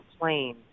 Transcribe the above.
plane